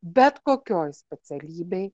bet kokioj specialybėj